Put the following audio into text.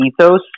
ethos